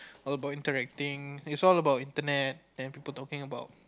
all about interacting it's all about internet then people talking about